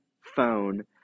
phone